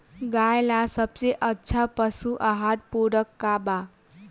गाय ला सबसे अच्छा पशु आहार पूरक का बा?